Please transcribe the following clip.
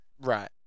right